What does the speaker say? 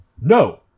No